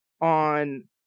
on